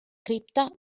cripta